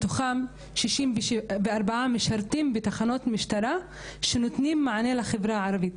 מתוכם 64 משרתים בתחנות משטרה שנותנות מענה לחברה הערבית,